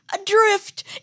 adrift